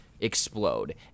explode